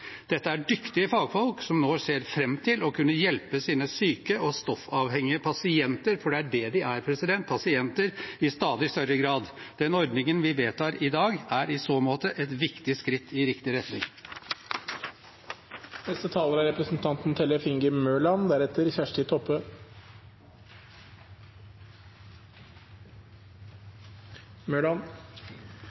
Dette er dyktige fagfolk, som nå ser fram til å kunne hjelpe sine syke og stoffavhengige pasienter – for det er det de er, pasienter – i stadig større grad. Den ordningen vi vedtar i dag, er i så måte et viktig skritt i riktig retning. Rusfeltet er